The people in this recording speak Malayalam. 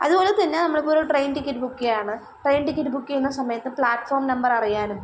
അതുപോലെത്തന്നെ നമ്മളിപ്പം ഒരു ട്രെയിൻ ടിക്കറ്റ് ബുക്ക് ചെയ്യുകയാണ് ട്രെയിൻ ടിക്കറ്റ് ബുക്ക് ചെയ്യുന്ന സമയത്ത് പ്ലാറ്റ്ഫോം നമ്പറ് അറിയാനും